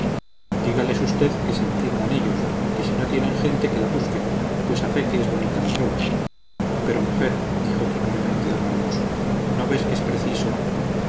dígales usted que se entiendan ellos que si no tienen gente que la busquen pues a fe que es bonita la broma pero mujer dijo tímidamente d alonso no ves que es preciso